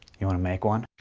you wanna make one?